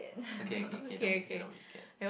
okay okay don't be scared don't be scared